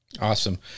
Awesome